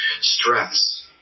stress